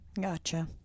Gotcha